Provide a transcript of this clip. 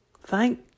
Thank